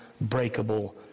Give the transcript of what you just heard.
breakable